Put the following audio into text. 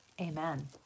Amen